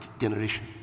generation